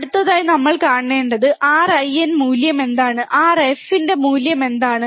അടുത്തതായി നമ്മൾ കാണേണ്ടത് Rin മൂല്യം എന്താണ് Rf ന്റെ മൂല്യം എന്താണ്